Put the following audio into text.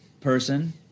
person